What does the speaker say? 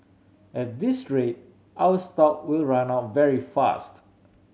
at this rate our stock will run out very fast